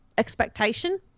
expectation